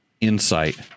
insight